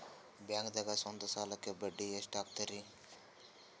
ಬ್ಯಾಂಕ್ದಾಗ ಸ್ವಂತ ಸಾಲಕ್ಕೆ ಬಡ್ಡಿ ಎಷ್ಟ್ ಹಕ್ತಾರಿ?